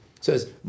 Says